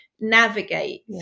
navigate